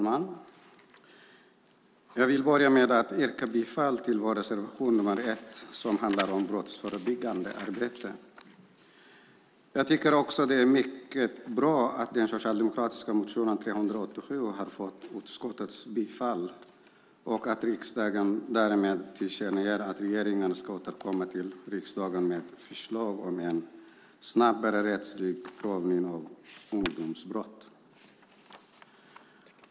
Fru talman! Jag börjar med att yrka bifall till vår reservation nr 1 som handlar om brottsförebyggande arbete. Jag tycker att det är mycket bra att den socialdemokratiska motionen 387 har fått utskottets bifall och att riksdagen därmed tillkännager att regeringen ska återkomma till riksdagen med förslag om en snabbare rättslig prövning av ungdomsbrott.